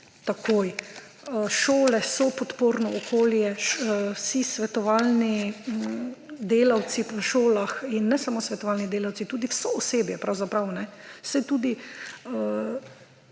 takoj. Šole so podporno okolje, vsi svetovalni delavci po šolah in ne samo svetovalni delavci, tudi vse osebje pravzaprav, saj tudi